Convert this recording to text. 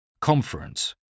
Conference